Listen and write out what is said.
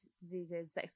diseases